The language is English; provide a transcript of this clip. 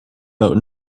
boat